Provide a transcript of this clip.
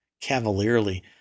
cavalierly